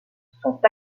sont